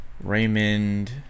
Raymond